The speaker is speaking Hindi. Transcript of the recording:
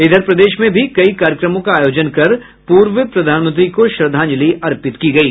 इधर प्रदेश में भी कई कार्यक्रमों का आयोजन कर पूर्व प्रधानमंत्री को श्रद्धांजलि दी गयी